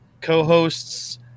co-hosts